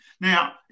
Now